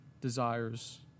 desires